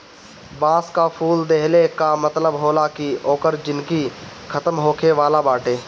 बांस कअ फूल देहले कअ मतलब होला कि ओकर जिनगी खतम होखे वाला बाटे